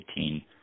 2018